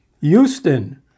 Houston